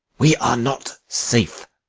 we are not safe,